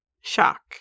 Shock